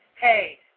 hey